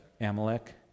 Amalek